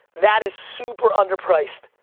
that is super underpriced.